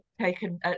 taken